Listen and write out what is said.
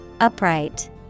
Upright